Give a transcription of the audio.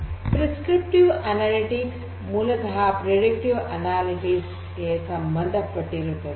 prescriptive analytics ಮೂಲತಃ ಮುನ್ಸೂಚಕ analytics ಸಂಬಂಧಪಟ್ಟಿರುತ್ತದೆ